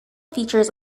features